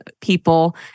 people